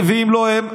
ואם לא הם,